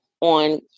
on